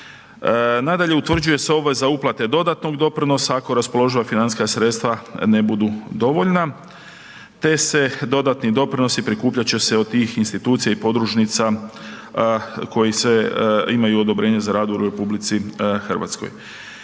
Nadalje utvrđuje se obveza uplate dodatnog doprinosa ako raspoloživa financijska sredstva ne budu dovoljna te se dodatni doprinosi prikupljat će se od tih institucija i podružnica koji sve imaju odobrenje za rad u RH. Cilj prijedloga